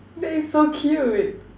that is so cute